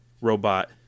robot